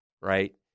Right